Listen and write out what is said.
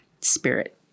spirit